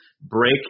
break